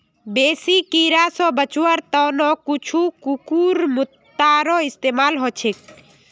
बेसी कीरा स बचवार त न कुछू कुकुरमुत्तारो इस्तमाल ह छेक